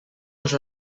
els